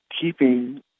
keeping